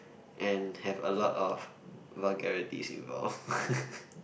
and have a lot of vulgarities involved